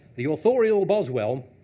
the authorial boswell,